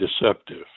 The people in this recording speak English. deceptive